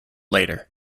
later